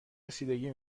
رسیدگی